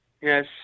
Yes